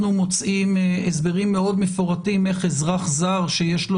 מוצאים הסברים מאוד מפורטים איך אזרח זר שיש לו